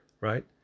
right